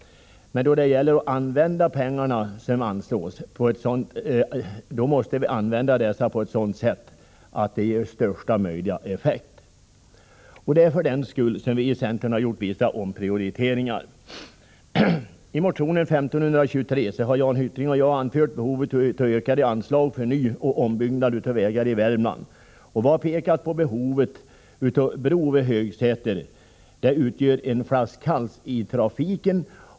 Men då gäller det att använda pengarna som anslås på ett sådant sätt att de ger största möjliga effekt. Det är för den skull som vii centern har gjort vissa omprioriteringar. I motion 1523 har Jan Hyttring och jag anfört behovet av ökade anslag för nyoch ombyggnad av vägar i Värmland. Vi har pekat på behovet av en bro vid Högsäter, som utgör en flaskhals för trafiken.